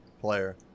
player